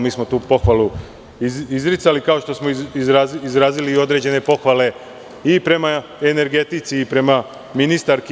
Mi smo tu pohvalu izricali, kao što smo izrazili i određene pohvale i prema energetici i prema ministarki.